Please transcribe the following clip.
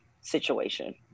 situation